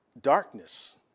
darkness